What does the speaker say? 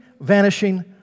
vanishing